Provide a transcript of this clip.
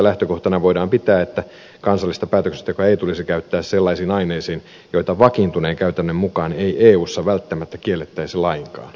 lähtökohtana voidaan pitää että kansallista päätöksentekoa ei tulisi käyttää sellaisiin aineisiin joita vakiintuneen käytännön mukaan ei eussa välttämättä kiellettäisi lainkaan